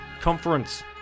conference